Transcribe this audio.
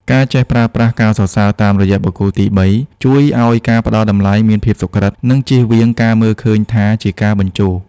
ការចេះប្រើប្រាស់ "ការសរសើរតាមរយៈបុគ្គលទីបី" ជួយឱ្យការផ្តល់តម្លៃមានភាពសុក្រឹត និងជៀសវាងការមើលឃើញថាជាការបញ្ជោរ។